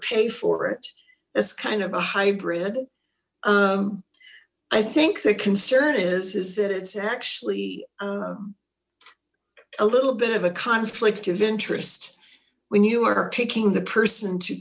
pay for it that's kind of a hybrid i think the concern is is that it's actually a little bit of a conflict of interest when you are picking the person to